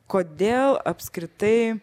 kodėl apskritai